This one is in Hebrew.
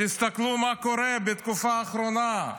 תסתכלו מה קורה בתקופה האחרונה: